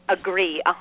agree